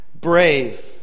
brave